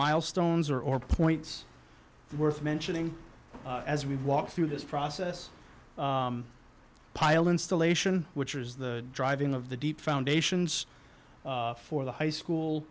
milestones or or points worth mentioning as we walk through this process pile installation which is the driving of the deep foundations for the high school